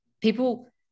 People